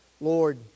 Lord